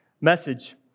message